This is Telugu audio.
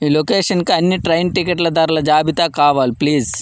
ఈ లొకేషన్కి అన్ని ట్రైన్ టికెట్ల ధరల జాబితా కావాలి ప్లీజ్